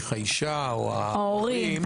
האישה או ההורים,